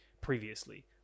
previously